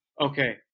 Okay